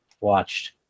watched